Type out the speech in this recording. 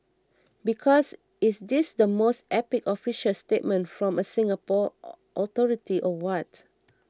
because is this the most epic official statement from a Singapore authority or what